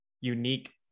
unique